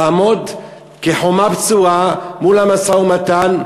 לעמוד כחומה בצורה מול המשא-ומתן,